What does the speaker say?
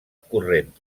corrent